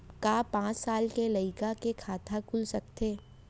का पाँच साल के लइका के खाता खुल सकथे?